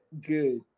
good